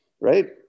right